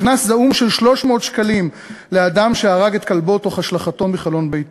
קנס זעום של 300 שקלים לאדם שהרג את כלבו על-ידי השלכתו מחלון ביתו.